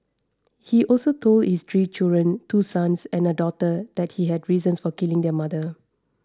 he also told his three children two sons and a daughter that he had reasons for killing their mother